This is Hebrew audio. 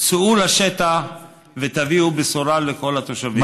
צאו לשטח ותביאו בשורה לכל התושבים.